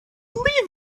leave